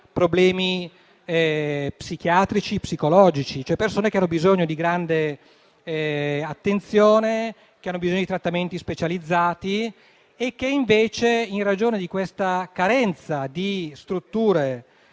problemi psichiatrici e psicologici. Sono cioè persone che hanno bisogno di grande attenzione e di trattamenti specializzati e che invece, in ragione di questa carenza di strutture